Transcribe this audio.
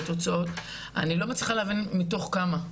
אני לא מצליחה להבין מתוך כמה.